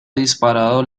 disparado